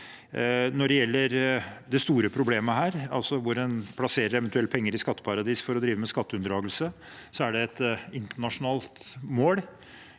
Når det gjelder det store problemet her, altså hvor en plasserer eventuelle penger i skatteparadiser for å drive med skatteunndragelse, er det et internasjonalt mål